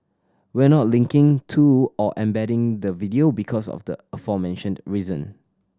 we're not linking to or embedding the video because of the aforementioned reason